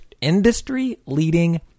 industry-leading